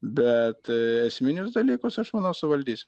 bet esminius dalykus aš manau suvaldys